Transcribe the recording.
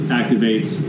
activates